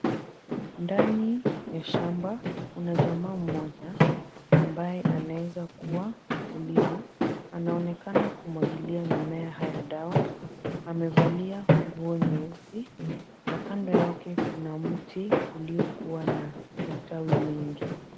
Ndani ya shamba kuna jamaa mmoja ambaye anaweza kuwa mkulima. Anaonekana kumwagilia mimea haya dawa. Amevalia nguo nyeusi na kando yake kuna mti uliokuwa na matawi mingi.